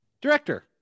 Director